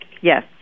yes